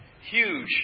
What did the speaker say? huge